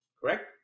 correct